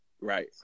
right